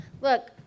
Look